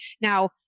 Now